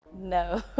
No